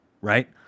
right